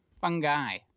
fungi